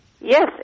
Yes